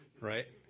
right